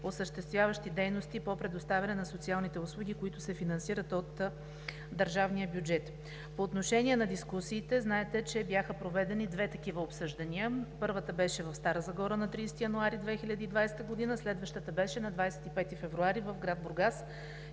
осъществяващи дейности по предоставяне на социалните услуги, които се финансират от държавния бюджет. По отношение на дискусиите знаете, че бяха проведени две такива обсъждания. Първата беше в Стара Загора на 30 януари 2020 г., следващата беше на 25 февруари в град Бургас.